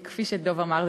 כי כפי שדב אמר,